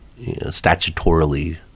statutorily